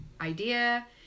idea